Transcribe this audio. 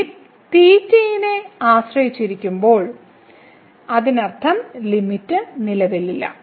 limit നെ ആശ്രയിച്ചിരിക്കുമ്പോൾ അതിനർത്ഥം ലിമിറ്റ് നിലവിലില്ല